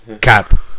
Cap